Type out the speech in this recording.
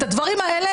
את הדברים האלה,